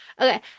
Okay